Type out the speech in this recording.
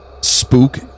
spook